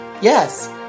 Yes